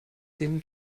dem